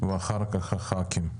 תודה רבה.